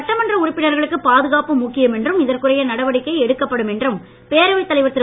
சட்டமன்ற உறுதி உறுப்பினர்களுக்கு பாதுகாப்பு முக்கியம் என்றும் இதற்குரிய நடவடிக்கை எடுக்கப்படும் என்றும் பேரவைத் தலைவர் திரு